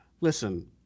listen